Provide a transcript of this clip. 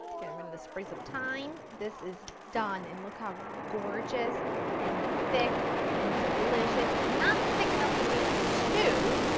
get rid of the sprigs of thyme. this is done and look how gorgeous and thick and delicious, it's not thick enough to be a stew,